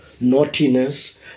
naughtiness